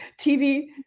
TV